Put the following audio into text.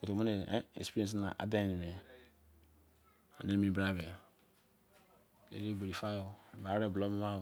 koromi experience na a de ne pele de- egberi fa oh